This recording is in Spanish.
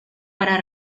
para